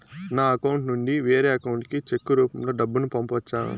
నా అకౌంట్ నుండి వేరే అకౌంట్ కి చెక్కు రూపం లో డబ్బును పంపొచ్చా?